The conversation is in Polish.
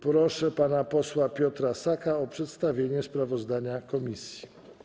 Proszę pana posła Piotra Saka o przedstawienie sprawozdania komisji.